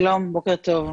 שלום, בוקר טוב,